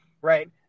right